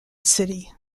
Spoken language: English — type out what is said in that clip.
city